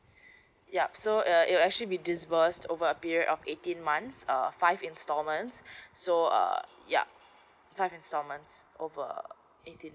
yup so uh it will actually be disbursed over a period of eighteen months err five installments so uh yup five installment over uh eighteen